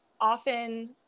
often